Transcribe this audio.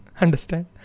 Understand